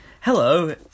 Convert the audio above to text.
hello